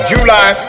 July